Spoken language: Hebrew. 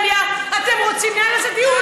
באקדמיה, אתם רוצים, ננהל על זה דיון.